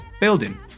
building